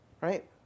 Right